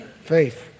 Faith